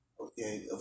okay